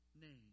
name